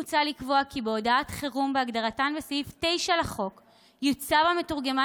מוצע לקבוע כי בהודעות חירום כהגדרתן בסעיף 9 לחוק יוצב המתורגמן